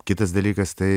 kitas dalykas tai